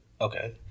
okay